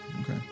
okay